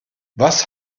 was